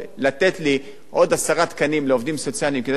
כדי שאנשים יצאו מהכלא ויוכלו להשתלב בחברה,